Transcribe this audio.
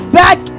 back